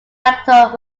rectal